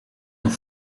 nous